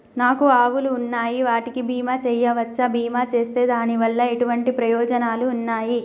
నాకు ఆవులు ఉన్నాయి వాటికి బీమా చెయ్యవచ్చా? బీమా చేస్తే దాని వల్ల ఎటువంటి ప్రయోజనాలు ఉన్నాయి?